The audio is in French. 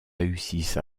réussissent